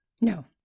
No